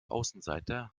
außenseiter